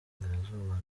n’uburengerazuba